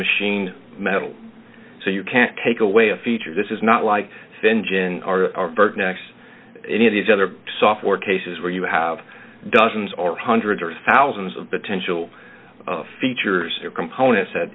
machine metal so you can't take away a feature this is not like singe in our next any of these other software cases where you have dozens or hundreds or thousands of potential features components at